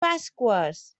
pasqües